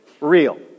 Real